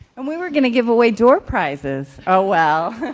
and we were going to give away door prizes. oh, well!